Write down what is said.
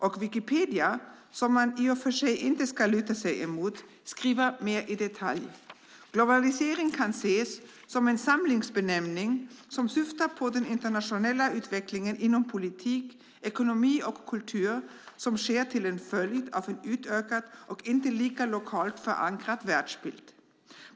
Och Wikipedia, som man i och för sig inte ska luta sig emot, skriver mer i detalj: Globalisering kan ses som en samlingsbenämning som syftar på den internationella utvecklingen inom politik, ekonomi och kultur som sker till en följd av en utökad och inte lika lokalt förankrad världsbild.